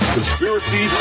Conspiracy